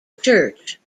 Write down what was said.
church